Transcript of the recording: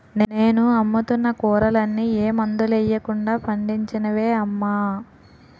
నేను అమ్ముతున్న కూరలన్నీ ఏ మందులెయ్యకుండా పండించినవే అమ్మా